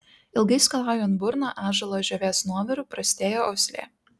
ilgai skalaujant burną ąžuolo žievės nuoviru prastėja uoslė